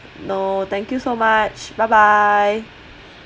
no thank you so much bye bye